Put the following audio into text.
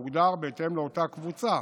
הוא הוגדר בהתאם לאותה קבוצה.